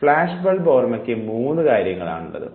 flash bulb ഓർമ്മക്ക് മൂന്ന് കാര്യങ്ങളാണുള്ളത്